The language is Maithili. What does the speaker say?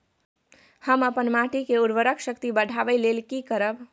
हम अपन माटी के उर्वरक शक्ति बढाबै लेल की करब?